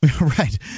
Right